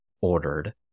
ordered